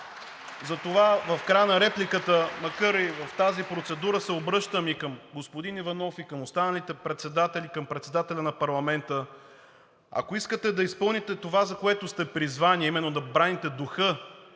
Затова в края на репликата, макар и в тази процедура, се обръщам и към господин Иванов, и към останалите председатели, към председателя на парламента, ако искате да изпълните това, за което сте призвани, именно да браните духа